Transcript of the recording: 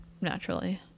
naturally